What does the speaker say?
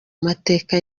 mateka